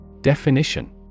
Definition